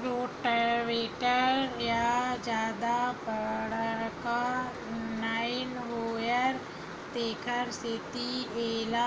rotavator ह जादा बड़का नइ होवय तेखर सेती एला